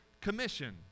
commission